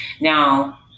Now